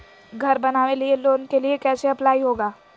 घर बनावे लिय लोन के लिए कैसे अप्लाई होगा?